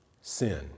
sin